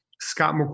scott